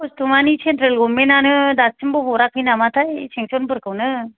खस्थ' माने सेनट्रेल गभमेनानो दासिमबो हराखै नामाथाय सेंसनफोरखौनो